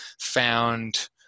found